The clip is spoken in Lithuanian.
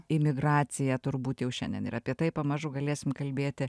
imigracija turbūt jau šiandien ir apie tai pamažu galėsim kalbėti